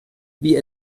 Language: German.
wie